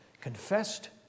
confessed